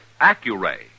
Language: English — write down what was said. Accuray